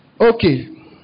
Okay